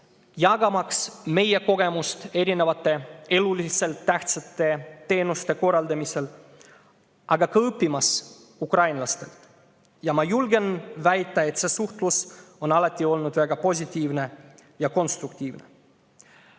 jagamaks meie kogemust eluliselt tähtsate teenuste korraldamisel, aga ka õppimaks ukrainlastelt. Ma julgen väita, et see suhtlus on alati olnud väga positiivne ja konstruktiivne.